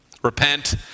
Repent